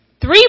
Three